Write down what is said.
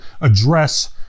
address